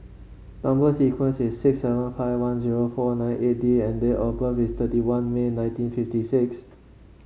number sequence is six seven five one zero four nine eight D and date of birth is thirty one May nineteen fifty six